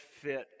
fit